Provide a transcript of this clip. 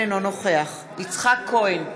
אינו נוכח יצחק כהן,